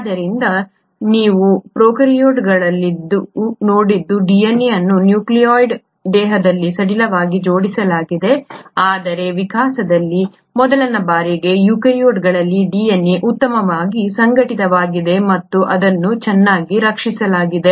ಆದ್ದರಿಂದ ನೀವು ಪ್ರೊಕಾರ್ಯೋಟ್ಗಳಲ್ಲಿ ನೋಡಿದ್ದು DNA ಅನ್ನು ನ್ಯೂಕ್ಲಿಯೊಯ್ಡ್ ದೇಹದಲ್ಲಿ ಸಡಿಲವಾಗಿ ಜೋಡಿಸಲಾಗಿದೆ ಆದರೆ ವಿಕಾಸದಲ್ಲಿ ಮೊದಲ ಬಾರಿಗೆ ಯುಕ್ಯಾರಿಯೋಟ್ಗಳಲ್ಲಿ DNA ಉತ್ತಮವಾಗಿ ಸಂಘಟಿತವಾಗಿದೆ ಮತ್ತು ಅದನ್ನು ಚೆನ್ನಾಗಿ ರಕ್ಷಿಸಲಾಗಿದೆ